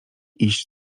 iść